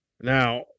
Now